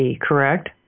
Correct